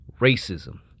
Racism